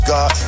God